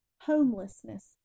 homelessness